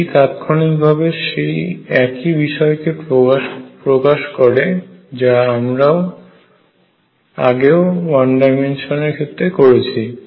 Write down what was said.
এটি তাৎক্ষণিকভাবে সেই একই বিষয় কে প্রকাশ করে যা আমরা আগেও ওয়ান ডাইমেনশন এর ক্ষেত্রে করেছি